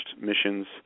missions